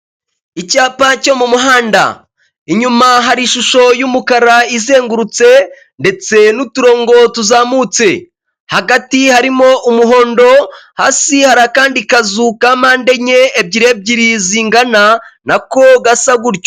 Icyapa cyo mu muhanda, inyuma hari ishusho y'umukara izengurutse ndetse n'uturongo tuzamutse. Hagati harimo umuhondo, hasi hari akandi kazu ka mpande enye ebyiri ebyiri zingana nako gasa gutyo.